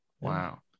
Wow